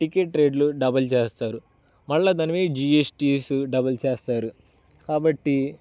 ticket రేట్లు double చేస్తారు మళ్ళీ దానిమీద జీ ఎస్ టీస్ డబుల్ చేస్తారు కాబట్టి